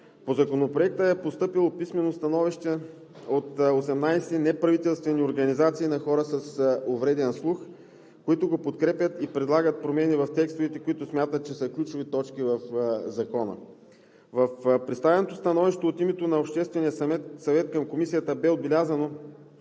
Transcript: По Законопроекта е постъпило писмено становище от 18 неправителствени организации на хора с увреден слух, които го подкрепят и предлагат промени в текстовете, които смятат, че са ключови точки в Закона. В представеното становище от името на Обществения съвет към Комисията бе отбелязано,